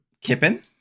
Kippen